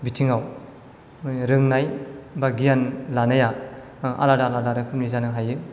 बिथिंआव रोंनाय बा गियान लानाया आलादा आलादा रोखोमनि जानो हायो